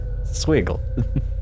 swiggle